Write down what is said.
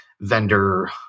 vendor